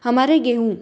हमारे गेहूँ